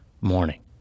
morning